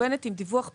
מקוונת עם דיווח פשוט.